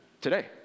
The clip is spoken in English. today